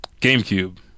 GameCube